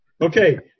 Okay